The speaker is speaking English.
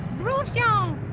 rouge young